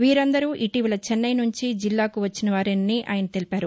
వీరందరూ ఇటీవల చెన్నై నుంచి జిల్లాకు వచ్చినవారేనని ఆయన తెలిపారు